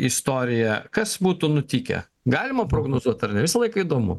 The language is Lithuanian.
istorija kas būtų nutikę galima prognozuoti ar ne visą laiką įdomu